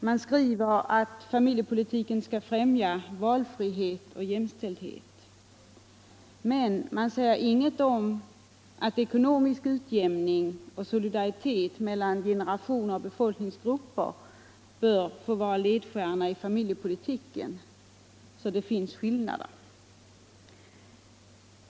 Man skriver alt familjepolitiken skall främja valfrihet och jämställdhet, men man säger ingenting om att ekonomisk utjämning och solidaritet mellan generationer och befolkningsgrupper bör få vara ledstjärnan i familjepolitiken. Så det finns skillnader.